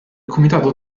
comitato